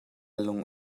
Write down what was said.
lung